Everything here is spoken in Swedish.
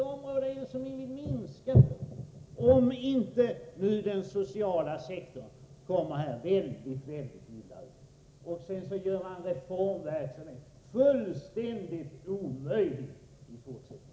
Kommer inte den sociala sektorn att råka väldigt illa ut och en reformverksamhet fullständigt omöjliggöras i fortsättningen.